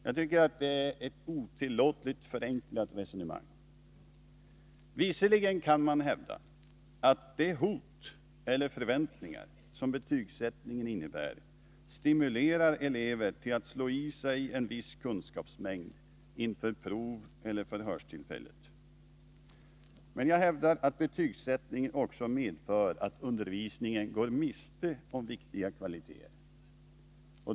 Jag tycker att det är ett otillåtligt förenklat resonemang. Visserligen kan man hävda att de hot eller förväntningar som betygsättningen innebär stimulerar elever till att slå i sig en viss kunskapsmängd inför prov och förhörstillfällen, men jag hävdar att betygsättningen också medför att undervisningen går miste om viktiga kvaliteter.